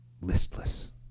listless